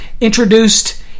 introduced